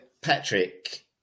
Patrick